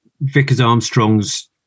Vickers-Armstrong's